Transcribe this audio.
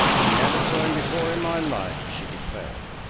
never saw him before in my life! she declared.